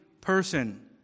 person